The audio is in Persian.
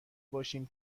باشیم